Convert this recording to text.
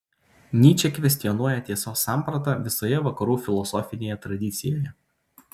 nyčė kvestionuoja tiesos sampratą visoje vakarų filosofinėje tradicijoje